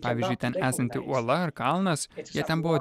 pavyzdžiui ten esanti uola ar kalnas jie ten buvo